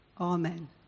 Amen